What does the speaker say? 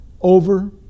over